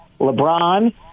LeBron